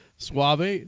Suave